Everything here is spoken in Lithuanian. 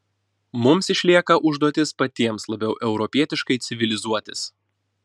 mums išlieka užduotis patiems labiau europietiškai civilizuotis